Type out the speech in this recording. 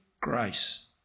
grace